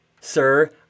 sir